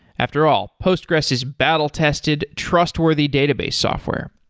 after all, postgressql is battle-tested, trustworthy database software